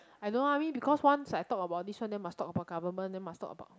I don't know lah I mean because once I talk about this one then must talk about government then must talk about